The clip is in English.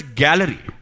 gallery